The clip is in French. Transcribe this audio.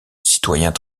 citoyens